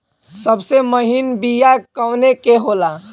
सबसे महीन बिया कवने के होला?